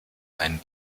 einen